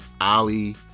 Ali